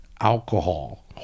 Alcohol